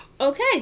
Okay